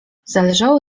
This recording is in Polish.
zależało